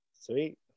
Sweet